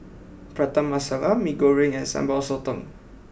Prata Masala Mee Goreng and Sambal Sotong